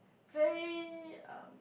very um